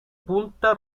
punta